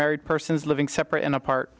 married persons living separate and apart